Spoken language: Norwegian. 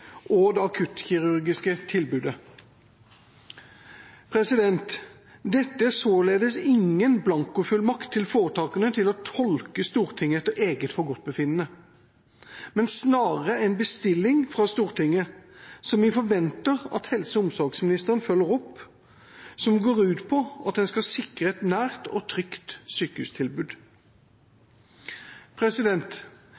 og det akuttkirurgiske tilbudet. Dette er således ingen blankofullmakt til foretakene til å tolke Stortinget etter eget forgodtbefinnende, men snarere en bestilling fra Stortinget som vi forventer at helse- og omsorgsministeren følger opp, som går ut på at en skal sikre et nært og trygt